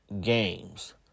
games